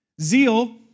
Zeal